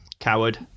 coward